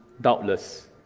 doubtless